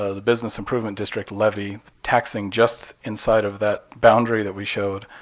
ah the business improvement district levy, taxing just inside of that boundary that we showed,